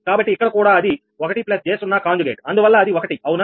కాబట్టి ఇక్కడ కూడా అది 1 j 0 కాంజుగేట్ అందువల్ల అది ఒకటి అవునా